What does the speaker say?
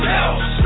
else